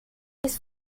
his